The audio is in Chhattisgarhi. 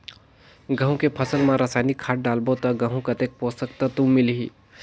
गंहू के फसल मा रसायनिक खाद डालबो ता गंहू कतेक पोषक तत्व मिलही?